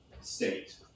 state